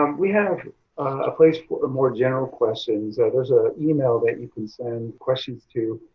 um we have a place for more general questions. ah there's a email that you can send questions to.